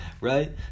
right